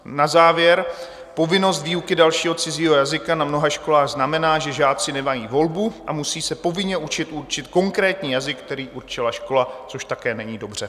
Na závěr: povinnost výuky dalšího cizího jazyka na mnoha školách znamená, že žáci nemají volbu a musí se povinně učit určit konkrétní jazyk, který určila škola, což také není dobře.